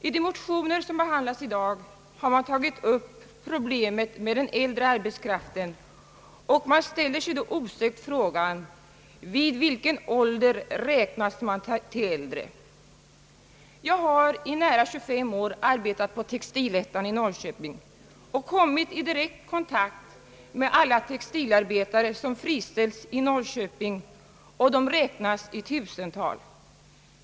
I de motioner som behandlas i dag har problemet med den äldre arbetskraften tagits upp, och man ställer sig då osökt frågan: Vid vilken ålder räknas man till »äldre»? Jag har i nära 25 år arbetat på Textilettan i Norrköping och kommit i direkt kontakt med alla textilarbetare som friställts i Norrköping, och de räknas i tusental.